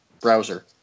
browser